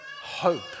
hope